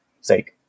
sake